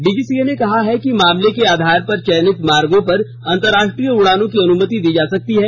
DGCA ने कहा है कि मामले के आधार पर चयनित मार्गो पर अंतरराष्ट्रीय उड़ानों की अनुमति दी जा सकती है